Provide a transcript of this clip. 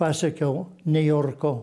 pasiekiau niujorko